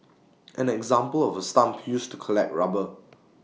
an example of A stump used to collect rubber